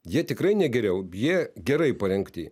jie tikrai ne geriau jie gerai parengti